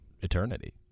eternity